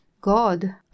God